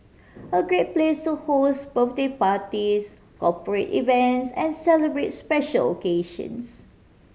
a great place to host birthday parties corporate events and celebrate special occasions